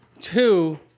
two